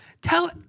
Tell